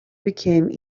became